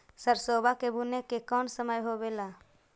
सरसोबा के बुने के कौन समय होबे ला?